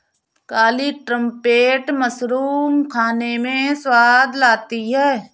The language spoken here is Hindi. काली ट्रंपेट मशरूम खाने में स्वाद लाती है